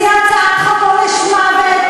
מציע הצעת חוק עונש מוות,